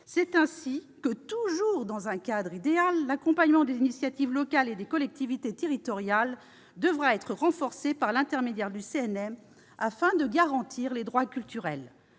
C'est ainsi que, toujours dans un cadre idéal, l'accompagnement des initiatives locales et des collectivités territoriales devra être renforcé par l'intermédiaire du CNM, afin de garantir les droits culturels.